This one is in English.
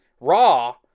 raw